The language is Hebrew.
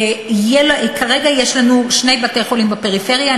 כרגע יש לנו שני בתי-חולים בפריפריה.